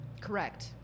Correct